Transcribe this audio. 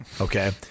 okay